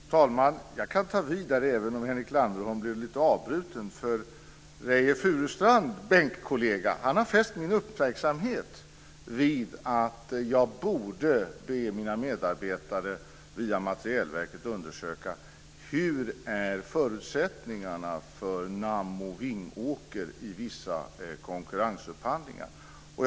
Fru talman! Jag kan ta vid där, även om Henrik Henrik Landerholms bänkkollega, har framfört att jag borde be mina medarbetare att via Materielverket undersöka hur förutsättningarna ser ut för Nammo i Vingåker i vissa konkurrensupphandlingarna.